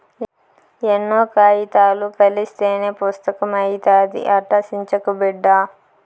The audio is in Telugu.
ఎన్నో కాయితాలు కలస్తేనే పుస్తకం అయితాది, అట్టా సించకు బిడ్డా